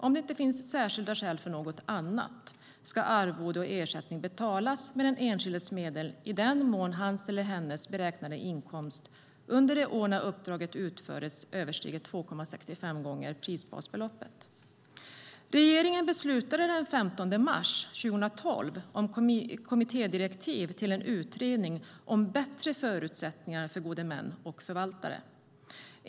Om det inte finns särskilda skäl för något annat ska arvode och ersättning betalas med den enskildes medel i den mån hans eller hennes beräknade inkomst under det år när uppdraget utförs överstiger 2,65 gånger prisbasbeloppet. Regeringen beslutade den 15 mars 2012 om kommittédirektiv till en utredning om bättre förutsättningar för gode män och förvaltare.